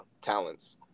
talents